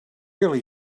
really